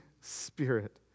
Spirit